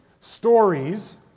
Stories